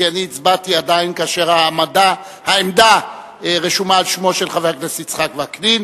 כי אני הצבעתי כאשר עדיין העמדה רשומה על שמו של חבר הכנסת יצחק וקנין,